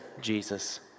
Jesus